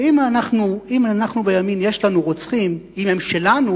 ואם אנחנו בימין, יש לנו רוצחים, אם הם "שלנו"